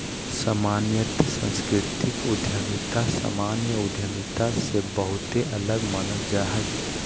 सामान्यत सांस्कृतिक उद्यमिता सामान्य उद्यमिता से बहुते अलग मानल जा हय